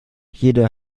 jede